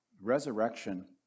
resurrection